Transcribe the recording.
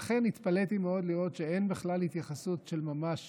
לכן התפלאתי מאוד לראות שאין התייחסות של ממש